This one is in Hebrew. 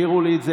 העירו לי על זה.